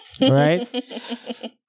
right